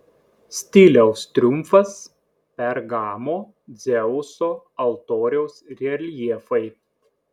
stiliaus triumfas pergamo dzeuso altoriaus reljefai